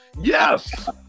Yes